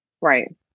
Right